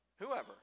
whoever